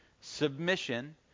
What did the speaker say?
submission